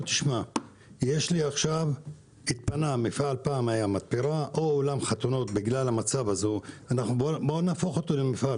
מפעל שהתפנה או אולם חתונות שיהפוך למפעל,